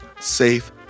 safe